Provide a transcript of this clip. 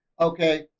okay